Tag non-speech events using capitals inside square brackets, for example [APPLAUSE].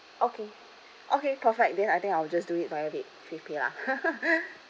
okay okay perfect then I think I will just do it via the favepay lah [LAUGHS]